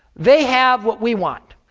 they have what we want.